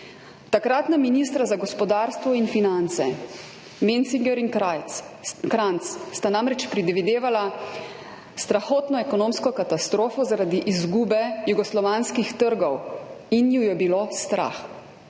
Takratna ministra za gospodarstvo in finance Mencinger in Kranjec sta namreč predvidevala strahotno ekonomsko katastrofo zaradi izgube jugoslovanskih trgov in ju je bilo strah.